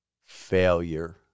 failure